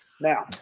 Now